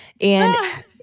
and-